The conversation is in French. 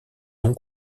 non